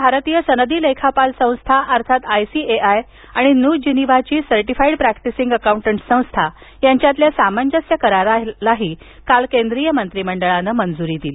दरम्यान भारतीय सनदी लेखापाल संस्था अर्थात आयसीएआय आणि न्यू जिनिवाची सर्टिफाइड प्रॅक्टिसिंग अकाउन्टन्टस संस्था यांच्यातील सामंजस्य कराराला काल केंद्रीय मंत्रीमंडळानं मंजूरी दिली